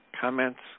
comments